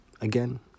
Again